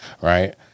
Right